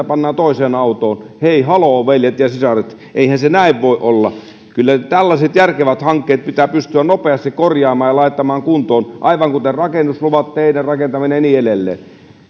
pannaan toiseen autoon hei haloo veljet ja sisaret eihän se näin voi olla kyllä tällaiset järkevät hankkeet pitää pystyä nopeasti korjaamaan ja laittamaan kuntoon aivan kuten rakennusluvat teiden rakentaminen ja niin edelleen